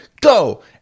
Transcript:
go